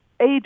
age